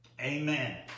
Amen